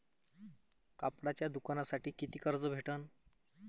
कापडाच्या दुकानासाठी कितीक कर्ज भेटन?